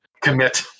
Commit